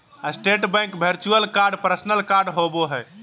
state bank virtual card personal card होबो हइ